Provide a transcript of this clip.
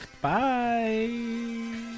bye